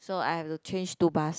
so I have to change two bus